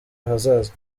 ahazaza